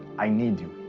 i need you.